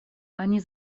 они